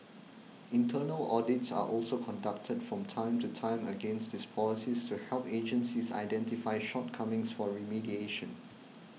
internal audits are also conducted from time to time against these policies to help agencies identify shortcomings for remediation